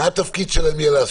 מה יהיה התפקיד שלהם?